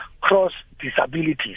cross-disabilities